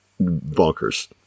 bonkers